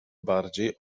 bardziej